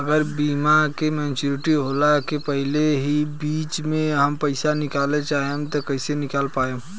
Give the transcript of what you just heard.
अगर बीमा के मेचूरिटि होला के पहिले ही बीच मे हम पईसा निकाले चाहेम त कइसे निकाल पायेम?